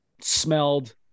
smelled